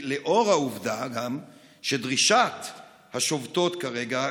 לאור העובדה שדרישת השובתות כרגע,